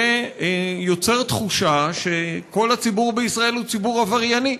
זה יוצר תחושה שכל הציבור בישראל הוא ציבור עברייני,